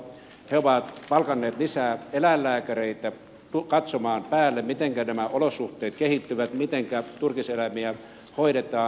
he ovat palkanneet lisää eläinlääkäreitä katsomaan päälle mitenkä nämä olosuhteet kehittyvät mitenkä turkiseläimiä hoidetaan